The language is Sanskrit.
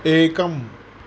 एकम्